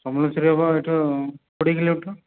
ସମଲେଶ୍ୱରୀ ହେବ ଏଇଠୁ କୋଡ଼ିଏ କିଲୋମିଟର